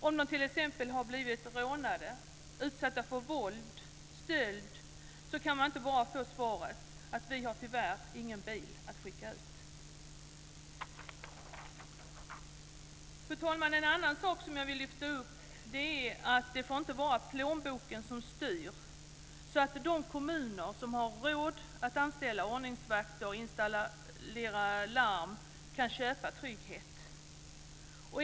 Om man blivit rånad, utsatt för våld eller stöld, kan man inte bara få svaret: Vi har tyvärr ingen bil att skicka ut. Fru talman! En annan sak som jag vill lyfta fram är att det inte får vara plånboken som styr så att de kommuner som har råd att anställa ordningsvakter och installera larm kan köpa trygghet.